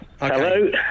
Hello